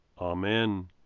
Amen